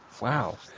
Wow